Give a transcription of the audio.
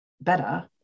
better